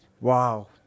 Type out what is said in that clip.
wow